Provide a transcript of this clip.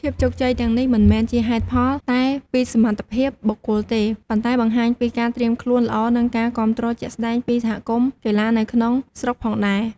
ភាពជោគជ័យទាំងនេះមិនមែនជាហេតុផលតែពីសមត្ថភាពបុគ្គលទេ ប៉ុន្តែបង្ហាញពីការត្រៀមខ្លួនល្អ និងការគាំទ្រជាក់ស្តែងពីសហគមន៍កីឡានៅក្នុងស្រុកផងដែរ។